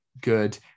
good